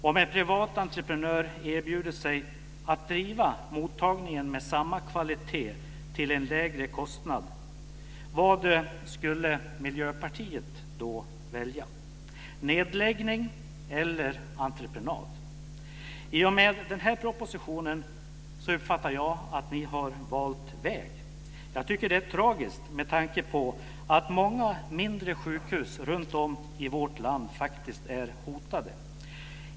Om en privat entreprenör erbjuder sig att driva mottagningen med samma kvalitet till en lägre kostnad, vad skulle Miljöpartiet då välja: Nedläggning eller entreprenad? I och med den här propositionen uppfattar jag att ni har valt väg. Jag tycker att det är tragiskt med tanke på att många mindre sjukhus runtom i vårt land faktiskt är hotade.